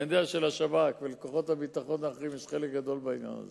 אני יודע שלשב"כ ולכוחות הביטחון האחרים יש חלק גדול בזה,